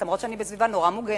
אפילו שאני בסביבה נורא מוגנת.